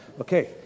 Okay